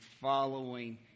following